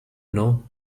know